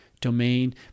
domain